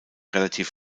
relativ